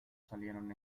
salieron